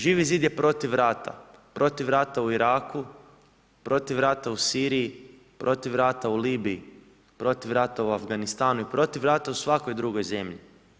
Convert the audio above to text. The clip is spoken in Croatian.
Živi zid je protiv rata, protiv rata u Iraku, protiv rata u Siriji, protiv rata u Libiji, protiv rata u Afganistanu i protiv rata u svakoj drugoj zemlji.